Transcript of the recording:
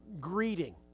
greeting